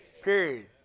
Period